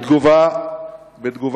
בהזדמנות